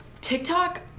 TikTok